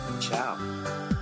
Ciao